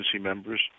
members